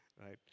right